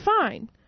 fine